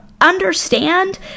understand